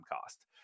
cost